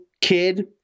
kid